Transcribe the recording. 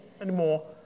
anymore